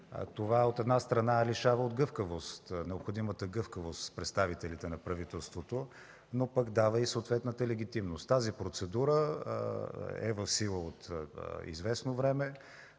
Това, от една страна, лишава от гъвкавост представителите на правителството, но пък дава и съответната легитимност. Тази процедура е в сила от известно време.